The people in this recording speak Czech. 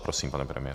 Prosím, pane premiére.